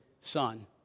son